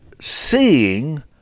seeing